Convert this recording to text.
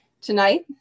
Tonight